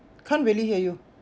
can't really hear you